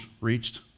reached